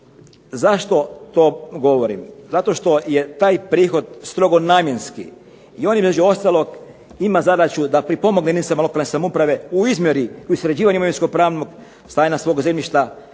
Zašto to govorim? Zato što je taj prihod strogo namjenski i on između ostalog ima zadaću da pripomogne jedinicama lokalne samouprave u izmjeri i u sređivanju imovinsko-pravnog stanja svoga zemljišta.